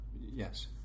yes